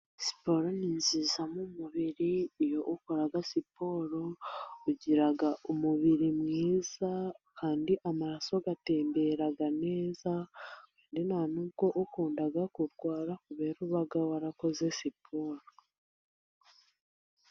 Siporo ni nziza mu mubiri, iyo ukora siporo ugira umubiri mwiza kandi amaraso agatembera neza, kandi nta nubwo ukunda kurwara kuberako uba warakoze siporo.